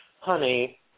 honey